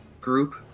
group